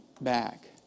back